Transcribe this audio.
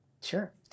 Sure